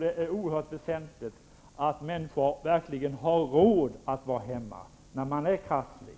Det är väsentligt att människor verkligen har råd att vara hemma när de är krassliga.